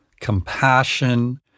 compassion